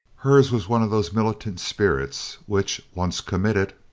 hers was one of those militant spirits which, once committed,